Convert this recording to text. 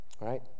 right